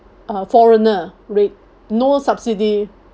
a foreigner rate no subsidy